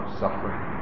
suffering